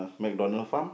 MacDonald farm